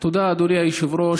תודה, אדוני היושב-ראש.